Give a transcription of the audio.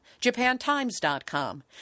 JapanTimes.com